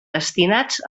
destinats